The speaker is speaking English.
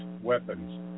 weapons